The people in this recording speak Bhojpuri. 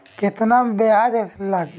केतना ब्याज लागी?